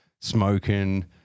smoking